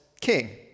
king